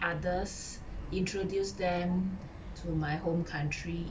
others introduce them to my home country